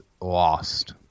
lost